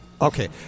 Okay